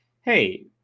Hey